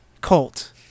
Colt